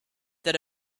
that